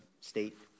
state